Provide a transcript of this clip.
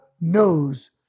knows